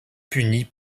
punie